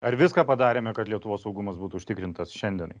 ar viską padarėme kad lietuvos saugumas būtų užtikrintas šiandienai